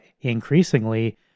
increasingly